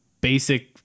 basic